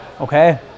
okay